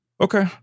Okay